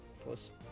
plus